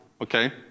okay